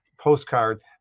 postcard